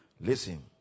Listen